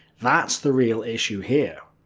that's the real issue here.